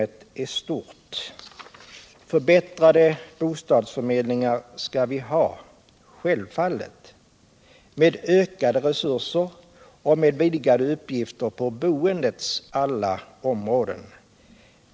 Vi mäste självfallet få förbättrade bostadsförmedlingar med ökade resurser och med vidgade uppgifter på boendets alla områden.